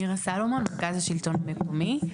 מירה סלומון, מרכז השלטון המקומי.